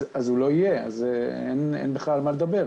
אז הוא לא יהיה, אין בכלל על מה לדבר.